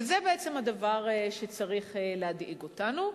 זה בעצם הדבר שצריך להדאיג אותנו.